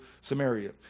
Samaria